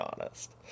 honest